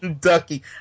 Ducky